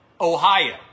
Ohio